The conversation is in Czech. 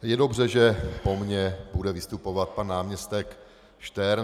Je dobře, že po mně bude vystupovat pan náměstek Štern.